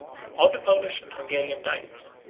of the polish and hungarian diets,